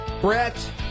Brett